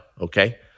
okay